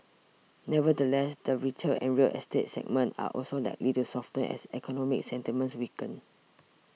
nevertheless the retail and real estate segments are also likely to soften as economic sentiments weaken